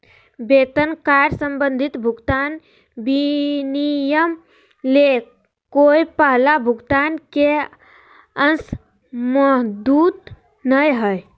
वेतन कार्य संबंधी भुगतान विनिमय ले कोय पहला भुगतान के अंश मौजूद नय हइ